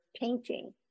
painting